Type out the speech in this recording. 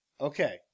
Okay